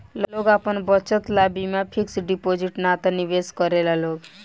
लोग आपन बचत ला बीमा फिक्स डिपाजिट ना त निवेश करेला लोग